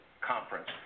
conference